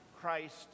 Christ